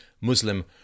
Muslim